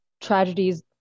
tragedies